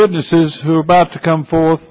witnesses who are about to come for